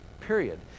Period